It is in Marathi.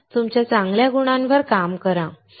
तुमच्या चांगल्या गुणांवर काम करा